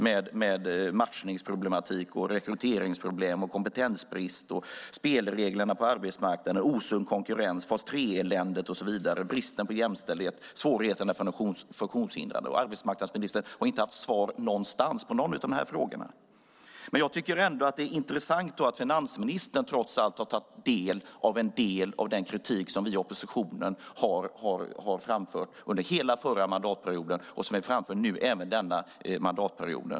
Det handlar om matchningsproblematik, rekryteringsproblem, kompetensbrist, spelreglerna på arbetsmarknaden, osund konkurrens, fas 3-eländet, bristen på jämställdhet och svårigheten för funktionshindrade. Arbetsmarknadsministern har inte haft svar på någon av de här frågorna. Men jag tycker att det är intressant att finansministern trots allt har lyssnat på en del av den kritik som vi i oppositionen har framfört under hela förra mandatperioden och som vi även framför denna mandatperiod.